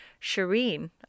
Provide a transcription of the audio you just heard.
Shireen